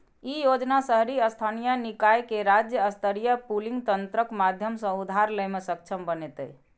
ई योजना शहरी स्थानीय निकाय कें राज्य स्तरीय पूलिंग तंत्रक माध्यम सं उधार लै मे सक्षम बनेतै